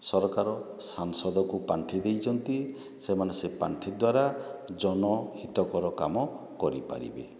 ସରକାର ସାସାଂଦକୁ ପାଣ୍ଠି ଦେଇଛନ୍ତି ସେମାନେ ସେ ପାଣ୍ଠି ଦ୍ୱାରା ଜନହିତକର କାମ କରିପାରିବେ